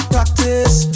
Practice